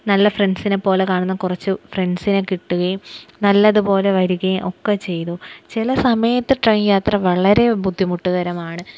നല്ല ഫ്രണ്ട്സിനെപ്പോലെ കാണുന്ന കുറച്ച് ഫ്രണ്ട്സിനെ കിട്ടുകയും നല്ലതുപോലെ വരികയുമൊക്കെ ചെയ്തു ചില സമയത്ത് ട്രെയിൻ യാത്ര വളരെ ബുദ്ധിമുട്ടുകരമാണ്